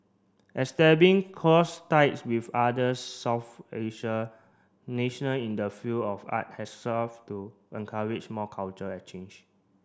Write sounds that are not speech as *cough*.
*unintelligible* close ties with other South Asia national in the field of art has solved to encourage more cultural exchange